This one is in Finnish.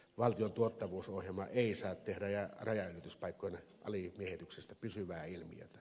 valtion tuottavuusohjelma ei saa tehdä rajanylityspaikkojen alimiehityksestä pysyvää ilmiötä